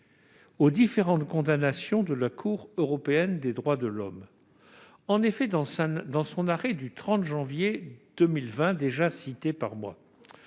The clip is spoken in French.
aux différentes condamnations de la Cour européenne des droits de l'homme. Dans son arrêt du 30 janvier 2020, que j'ai